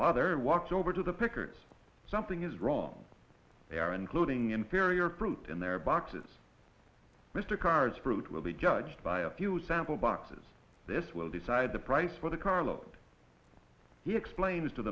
father walks over to the pickers something is wrong they are including inferior fruit in their boxes mr karr's fruit will be judged by a few sample boxes this will decide the price for the carload he explain